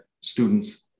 students